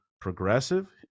progressive